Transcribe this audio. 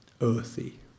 earthy